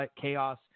chaos